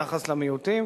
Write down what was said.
יחס למיעוטים.